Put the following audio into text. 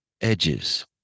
edges